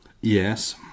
Yes